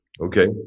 Okay